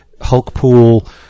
Hulkpool